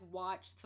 watch